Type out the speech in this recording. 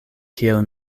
kiel